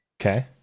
Okay